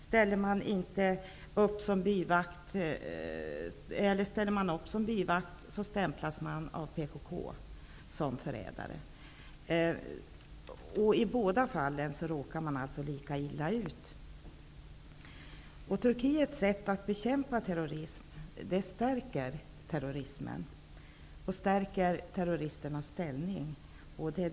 Ställer man upp såsom byvakt, stämpas man av PKK såsom förrädare. I båda fallen råkar man lika illa ut. Turkiets sätt att bekämpa terrorismen stärker terroristernas ställning.